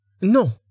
No